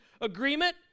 agreement